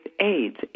AIDS